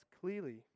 clearly